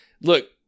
look